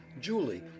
Julie